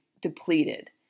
depleted